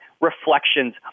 reflections